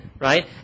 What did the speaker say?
right